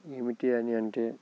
ఏమిటీ అని అంటే